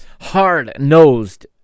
hard-nosed